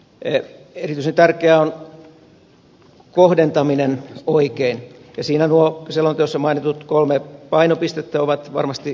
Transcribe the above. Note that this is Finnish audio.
erityisen tärkeää on kohdentaminen oikein ja siinä nuo selonteossa mainitut kolme painopistettä ovat varmasti kohdallaan